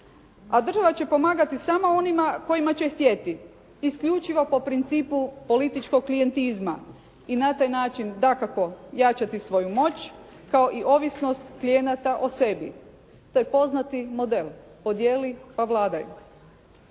A država će pomagati samo onima kojima će htjeti. Isključivo po principu političkog klijentizma, i na taj način dakako jačati svoju moć, kao i ovisnost klijenata o sebi, to je poznati model. Podijeli pa vladaj.